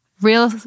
real